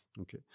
Okay